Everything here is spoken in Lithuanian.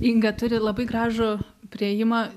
inga turi labai gražų priėjimą